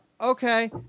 Okay